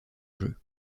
jeu